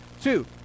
Two